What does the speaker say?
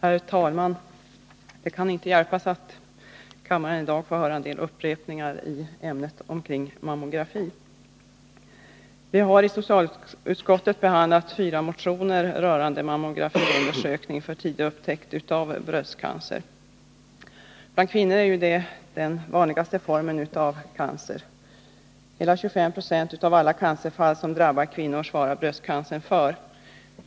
Herr talman! Det kan inte hjälpas att kammaren i dag får höra en del upprepningar i ämnet mammografi. Vi har i socialutskottet behandlat fyra motioner rörande mammografiundersökning för tidig upptäckt av bröstcancer. Bland kvinnor är ju bröstcancern den vanligaste formen av cancer. Hela 25 26 av alla cancrar som drabbar kvinnor svarar bröstcancern för.